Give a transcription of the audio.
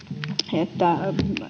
että